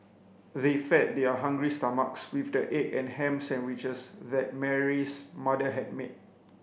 they fed their hungry stomachs with the egg and ham sandwiches that Mary's mother had made